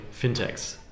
fintechs